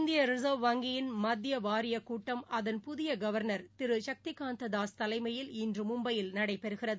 இந்தியரிசா்வ் வங்கியின் மத்தியவாரியக் கூட்டம் அதன் புதியகவா்னா் திருசக்திகாந்ததாஸ் தலைமையில் இன்றுமும்பையில் நடைபெறுகிறது